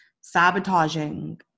sabotaging